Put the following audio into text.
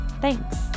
Thanks